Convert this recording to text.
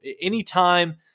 anytime